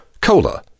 cola